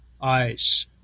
ICE